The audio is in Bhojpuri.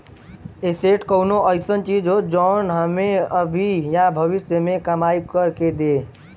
एसेट कउनो अइसन चीज हौ जौन हमें अभी या भविष्य में कमाई कर के दे